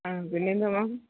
ആ പിന്നെ എന്തുവാ മാം